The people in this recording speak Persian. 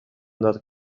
داد